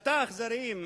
אכזריים.